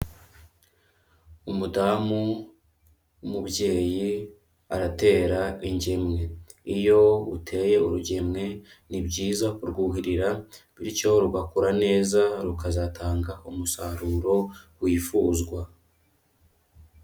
Umudamu w'umubyeyi, aratera ingemwe. Iyo uteye urugemwe, ni byiza kurwuhirira bityo rugakura neza, rukazatanga umusaruro wifuzwa.